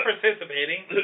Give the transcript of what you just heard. participating